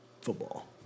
football